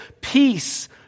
Peace